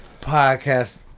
podcast